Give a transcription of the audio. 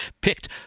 picked